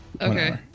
Okay